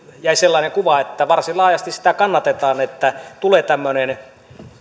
jäi sellainen kuva että varsin laajasti sitä kannatetaan että tulee tämmöinen